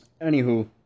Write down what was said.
Anywho